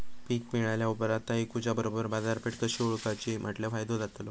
पीक मिळाल्या ऑप्रात ता इकुच्या बरोबर बाजारपेठ कशी ओळखाची म्हटल्या फायदो जातलो?